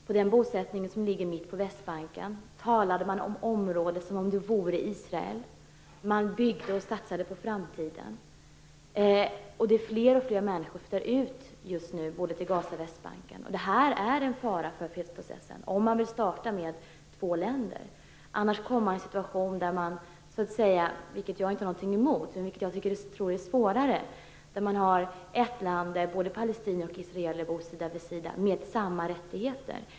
På denna bosättning, som ligger mitt på Västbanken, talade man om området som om det vore Israel. Man byggde och satsade på framtiden. Fler och fler människor flyttar just nu ut till Gaza och Västbanken, och det här är en fara för fredsprocessen om man vill starta med två länder. Annars hamnar man i en situation där man - vilket jag inte har någonting emot, men tror är svårare - har ett land där både palestinier och israeler bor sida vid sida med samma rättigheter.